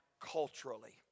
culturally